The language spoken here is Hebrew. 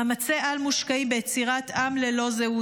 מאמצי-על מושקעים ביצירת עם ללא זהות,